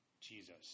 Jesus